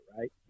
right